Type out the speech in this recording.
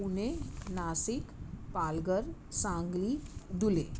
Pune Nashik Palghar Sangli Dhule